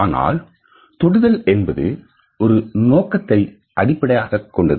ஆனால் தொடுதல் என்பது ஒரு நோக்கத்தை அடிப்படையாக கொண்டது